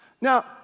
Now